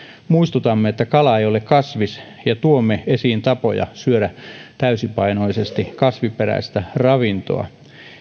muistutamme että kala ei ole kasvis ja tuomme esiin tapoja syödä täysipainoisesti kasviperäistä ravintoa